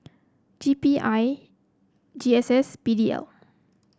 G B I G S S P D L